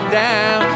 down